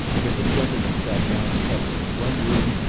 where the gentlemen sat down to supper in one room,